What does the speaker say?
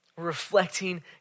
reflecting